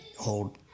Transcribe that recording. hold